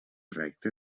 recte